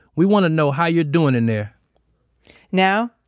we want to know how you're doing in there now,